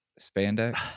spandex